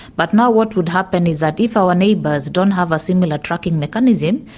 but now what would happen is that if our neighbours don't have a similar tracking mechanism,